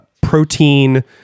protein